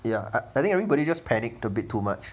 ya I think everybody just panic to bid too much